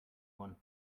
one